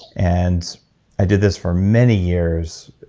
and i did this for many years.